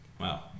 Wow